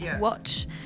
watch